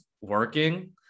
working